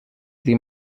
dir